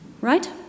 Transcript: right